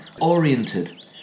oriented